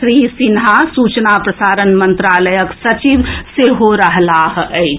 श्री सिन्हा सूचना प्रसारण मंत्रालयक सचिव सेहो रहलाह अछि